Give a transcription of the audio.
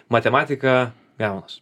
matematika gaunas